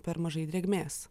per mažai drėgmės